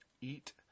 eat